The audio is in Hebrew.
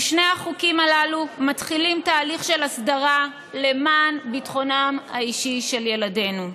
ושני החוקים הללו מתחילים תהליך של הסדרה למען ביטחונם האישי של ילדינו.